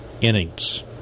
innings